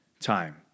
time